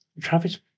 Travis